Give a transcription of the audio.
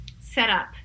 setup